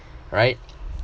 right